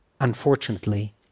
unfortunately